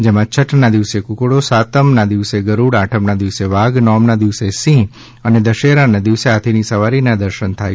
જેમા છઠના દિવસે ક્રકડો સાતમના દિવસે ગરૂડ આઠમના દિવસે વાઘ નોમના દિવસે સિંહ અને દશેરાના દિવસે હાથીની સવારીના દર્શન થશે